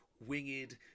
winged